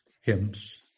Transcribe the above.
hymns